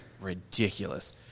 ridiculous